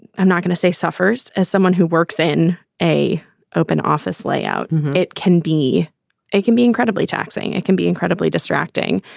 i'm not going to say suffers, as someone who works in a open office layout, it can be a can be incredibly taxing. it can be incredibly distracting.